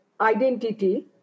identity